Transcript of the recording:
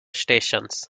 stations